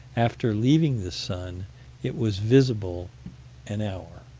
after leaving the sun it was visible an hour.